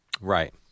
Right